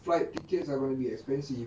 flight tickets are gonna be expensive